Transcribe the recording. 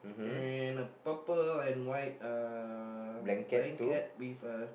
and a purple and white uh blanket with a